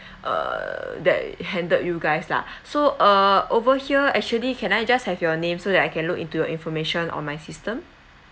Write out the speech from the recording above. uh that handled you guys lah so uh over here actually can I just have your name so that I can look into your information on my system